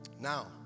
Now